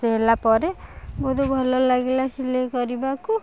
ସେ ହେଲା ପରେ ବହୁତ ଭଲ ଲାଗିଲା ସିଲେଇ କରିବାକୁ